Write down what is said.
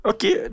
Okay